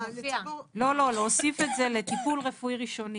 לא, לא, להוסיף את זה לטיפול רפואי ראשוני.